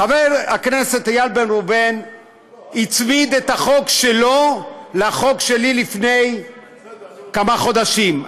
חבר הכנסת איל בן ראובן הצמיד את החוק שלו לחוק שלי לפני כמה חודשים.